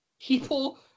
People